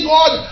God